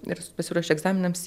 ir pasiruoš egzaminams